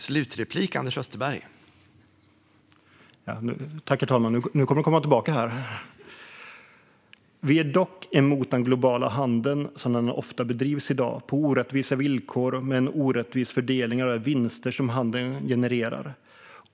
Herr talman! Nu kommer det att komma tillbaka. "Vi är dock emot den globala handeln som den ofta bedrivs i dag, på orättvisa villkor och med en orättvis fördelning av de vinster som handeln genererar.